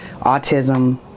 autism